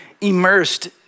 immersed